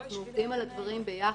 אנחנו עובדים על הדברים יחד.